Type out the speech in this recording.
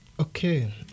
Okay